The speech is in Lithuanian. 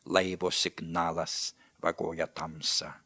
laivo signalas vagoja tamsą